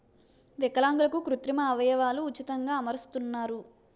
విలాంగులకు కృత్రిమ అవయవాలు ఉచితంగా అమరుస్తున్నారు